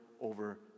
over